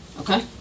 Okay